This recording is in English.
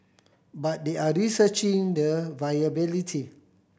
but they are researching the viability